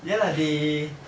ya lah they